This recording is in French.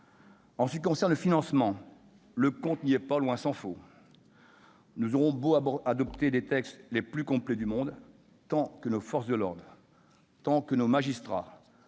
En ce qui concerne le financement, le compte n'y est pas, tant s'en faut. Nous aurons beau adopter les textes les plus complets du monde, tant que nos forces de l'ordre, nos magistrats,